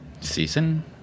Season